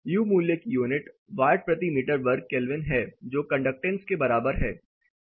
U मूल्य की unit watt प्रति मीटर वर्ग केल्विन है जो कंडक्टेंस के बराबर है